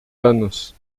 anos